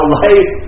life